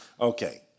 Okay